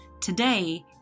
Today